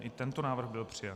I tento návrh byl přijat.